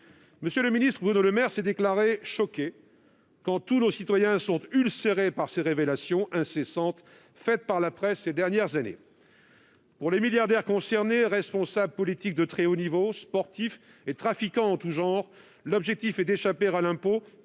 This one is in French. M. le ministre Bruno Le Maire s'est déclaré « choqué », quand tous nos concitoyens sont ulcérés par ces révélations incessantes faites par la presse ces dernières années. Pour les milliardaires concernés, responsables politiques de très haut niveau, sportifs et trafiquants en tout genre, l'objectif est d'échapper à l'impôt